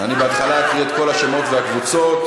בהתחלה אקרא את כל השמות והקבוצות,